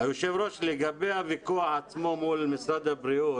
היושב ראש, לגבי הוויכוח עצמו מול משרד הבריאות.